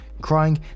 crying